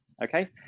Okay